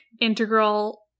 integral